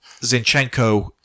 Zinchenko